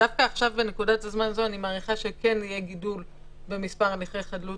דווקא עכשיו בנקודת הזמן הזו אני מעריכה שיהיה גידול במספר הליכי חדלות